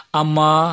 ama